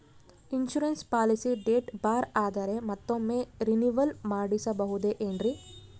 Insurance policy date ಬಾರ್ ಆದರೆ ಮತ್ತೊಮ್ಮೆ ರಿನಿವಲ್ ಮಾಡಿಸಬಹುದೇ ಏನ್ರಿ?